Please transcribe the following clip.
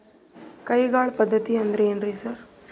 ಕೈಗಾಳ್ ಪದ್ಧತಿ ಅಂದ್ರ್ ಏನ್ರಿ ಸರ್?